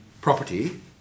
property